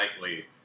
lightly